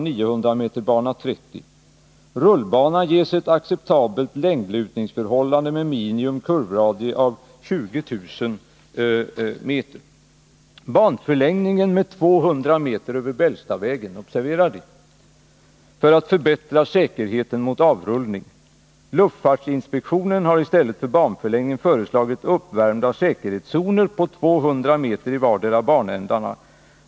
Piloterna säger: d) Banförlängning med 200 m över Bällstavägen” — observera det! — ”för att förbättra säkerheten mot avrullning. Luftfartsinspektionen har istället för banförlängning föreslagit uppvärmda säkerhetszoner på 200 m i vardera banändarna.